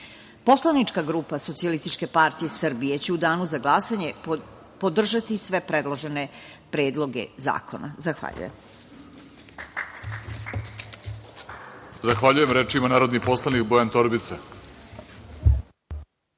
materijal. Poslanička grupa Socijalistička partija Srbije će u danu za glasanje podržati sve predložene predloge zakona. Zahvaljujem.